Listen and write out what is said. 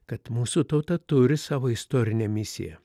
kad mūsų tauta turi savo istorinę misiją